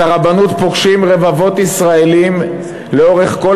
את הרבנות פוגשים רבבות ישראלים לאורך כל